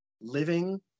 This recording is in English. living